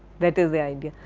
that is the idea.